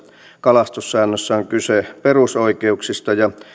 kalastussäännössä on kyse perusoikeuksista ja